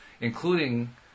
including